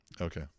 Okay